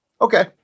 Okay